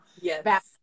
Yes